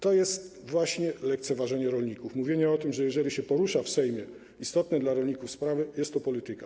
To jest właśnie lekceważenie rolników - mówienie o tym, że jeżeli się porusza w Sejmie istotne dla rolników sprawy, jest to polityka.